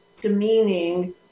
demeaning